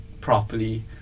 properly